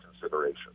consideration